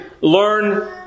learn